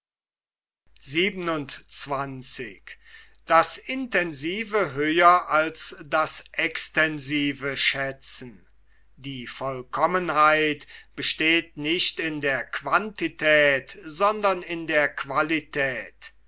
die vollkommenheit besteht nicht in der quantität sondern in der qualität